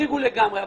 תחריגו לגמרי.